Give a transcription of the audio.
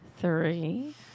three